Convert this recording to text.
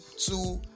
two